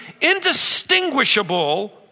indistinguishable